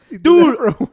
Dude